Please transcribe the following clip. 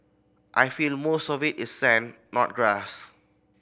I feel most of it is sand not grass